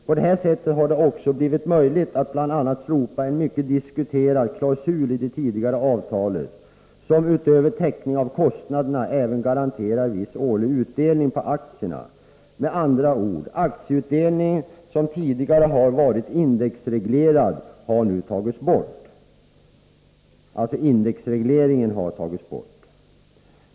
På det här sättet har det också blivit möjligt att bl.a. slopa en mycket diskuterad klausul i det tidigare avtalet, som utöver täckning av kostnaderna även garanterar viss årlig utdelning på aktierna. Med andra ord: Aktieutdelningen har tidigare varit indexreglerad, men den indexregleringen tas nu bort.